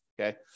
okay